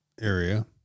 area